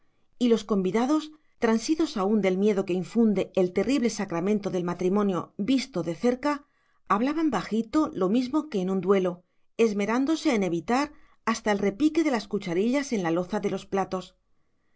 y los convidados transidos aún del miedo que infunde el terrible sacramento del matrimonio visto de cerca hablaban bajito lo mismo que en un duelo esmerándose en evitar hasta el repique de las cucharillas en la loza de los platos